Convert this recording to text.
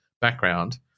background